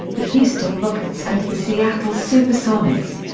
the houston rockets and the seattle supersonics.